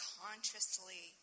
consciously